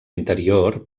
interior